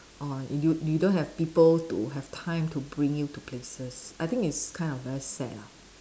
or you you don't have people to have time to bring you to places I think it's kind of very sad lah